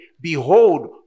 Behold